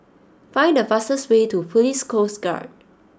find the fastest way to Police Coast Guard